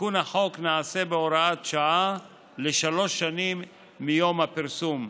תיקון החוק נעשה בהוראת שעה לשלוש שנים מיום הפרסום.